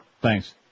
Thanks